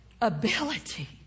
ability